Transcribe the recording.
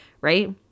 right